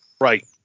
Right